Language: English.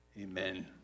Amen